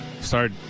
start